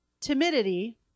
timidity